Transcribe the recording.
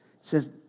says